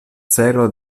celo